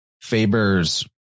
Faber's